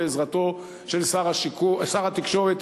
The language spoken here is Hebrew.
לעזרתו של שר התקשורת,